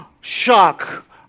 Shock